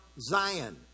Zion